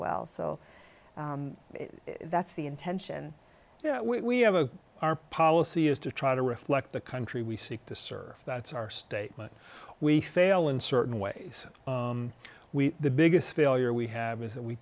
well so that's the intention yeah we have a our policy is to try to reflect the country we seek to serve that's our state but we fail in certain ways we the biggest failure we have is that we